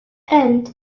and